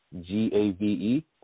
G-A-V-E